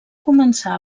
començar